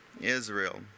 Israel